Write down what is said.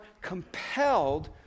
compelled